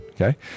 Okay